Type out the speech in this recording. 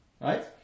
Right